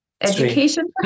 education